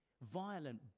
Violent